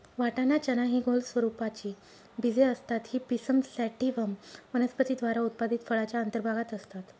वाटाणा, चना हि गोल स्वरूपाची बीजे असतात ही पिसम सॅटिव्हम वनस्पती द्वारा उत्पादित फळाच्या अंतर्भागात असतात